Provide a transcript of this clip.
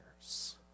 years